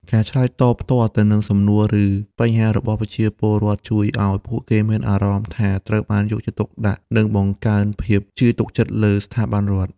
ការឆ្លើយតបផ្ទាល់ទៅនឹងសំណួរ ឬបញ្ហារបស់ប្រជាពលរដ្ឋ ជួយឲ្យពួកគេមានអារម្មណ៍ថាត្រូវបានយកចិត្តទុកដាក់ និងបង្កើនភាពជឿទុកចិត្តលើស្ថាប័នរដ្ឋ។